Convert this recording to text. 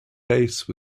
base